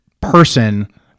person